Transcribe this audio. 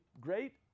great